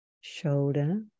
shoulder